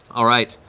all right.